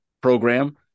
program